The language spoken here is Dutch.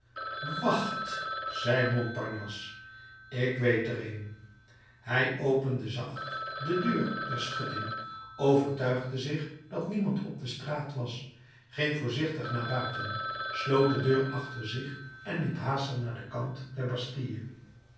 wacht zei montparnasse ik weet er een hij opende zacht de deur der schutting overtuigde zich dat niemand op de straat was ging voorzichtig naar buiten sloot de deur achter zich en liep haastig naar den kant der